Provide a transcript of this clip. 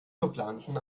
verplanten